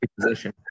position